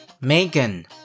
Megan